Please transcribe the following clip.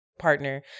partner